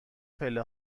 پله